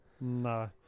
No